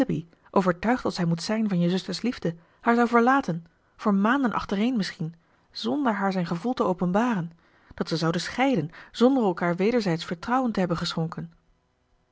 overtuigd als hij moet zijn van je zuster's liefde haar zou verlaten voor maanden achtereen misschien zonder haar zijn gevoel te openbaren dat ze zouden scheiden zonder elkaar wederzijdsch vertrouwen te hebben geschonken